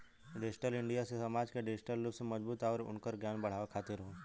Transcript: digital India से समाज के डिजिटल रूप से मजबूत आउर उनकर ज्ञान बढ़ावे खातिर हौ